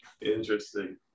Interesting